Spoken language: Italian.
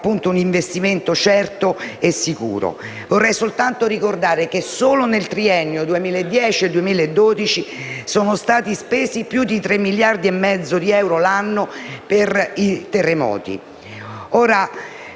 un investimento certo e sicuro. Desidero ricordare che, solo nel triennio 2010-2012, sono stati spesi più di 3,5 miliardi di euro all'anno per i terremoti.